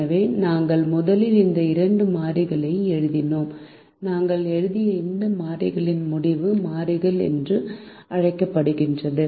எனவே நாங்கள் முதலில் இந்த இரண்டு மாறிகள் எழுதினோம் நாங்கள் எழுதிய இந்த மாறிகள் முடிவு மாறிகள் என்று அழைக்கப்படுகின்றன